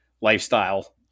lifestyle